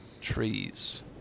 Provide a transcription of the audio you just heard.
trees